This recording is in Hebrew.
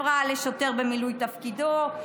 הפרעה לשוטר במילוי תפקידו,